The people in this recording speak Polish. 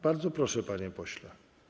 Bardzo proszę, panie pośle.